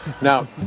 now